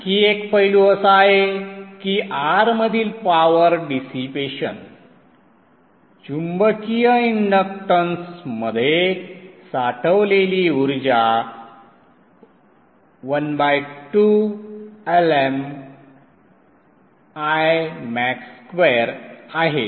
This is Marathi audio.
आणखी एक पैलू असा आहे की R मधील पॉवर डिसिपेशन चुंबकीय इंडक्टन्समध्ये साठवलेली ऊर्जा 12 Lm Imax2 आहे